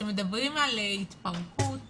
כשמדברים על התפרקות,